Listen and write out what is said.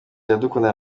iradukunda